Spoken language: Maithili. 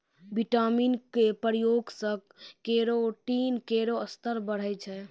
विटामिन क प्रयोग सें केरोटीन केरो स्तर बढ़ै छै